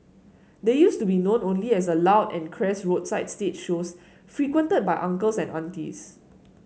they used to be known only as a loud and crass roadside stage shows frequented by uncles and aunties